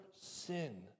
sin